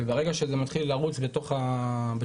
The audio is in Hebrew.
וברגע שזה מתחיל לרוץ בתוך הרשתות,